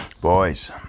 Boys